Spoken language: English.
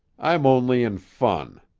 i'm only in fun.